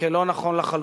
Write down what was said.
כלא נכון לחלוטין.